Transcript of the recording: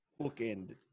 bookend